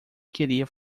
queria